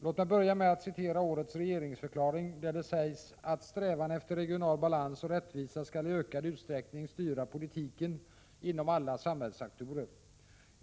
Låt mig börja med att citera årets regeringsförklaring: ”Strävan efter regional balans och rättvisa skall i ökad utsträckning styra politiken inom alla samhällssektorer.